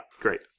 Great